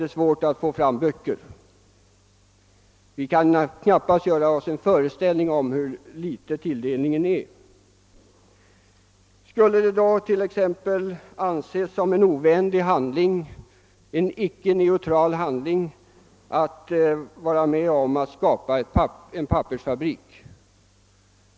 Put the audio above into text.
Det är svårt att få fram böcker till grundskolor och till högskolor. Skulle det då anses vara en ovänlig, icke neutral handling om vi hjälpte till att bygga en pappersfabrik?